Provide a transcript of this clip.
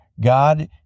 God